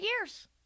years